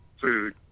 food